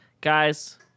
Guys